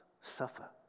suffer